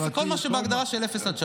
כל מה שבהגדרה של אפס עד שלוש.